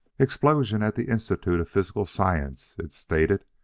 explosion at the institute of physical science! it stated.